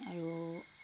আৰু